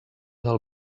del